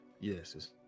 yes